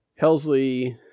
Helsley